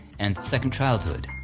and second childhood.